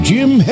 Jim